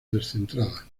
descentrada